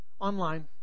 online